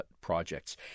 projects